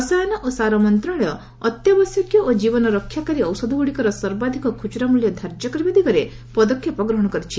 ରସାୟନ ଓ ସାର ମନ୍ତ୍ରଣାଳୟ ଅତ୍ୟାବଶ୍ୟକୀୟ ଓ ଜୀବନ ରକ୍ଷାକାରୀ ଔଷଧଗୁଡ଼ିକର ସର୍ବାଧିକ ଖୁଚୁରା ମୂଲ୍ୟ ଧାର୍ଯ୍ୟ କରିବା ଦିଗରେ ପଦକ୍ଷେପ ଗ୍ରହଣ କରିଛି